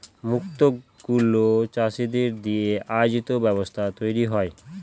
মুক্ত গুলো চাষীদের দিয়ে আয়োজিত ব্যবস্থায় তৈরী হয়